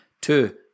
Two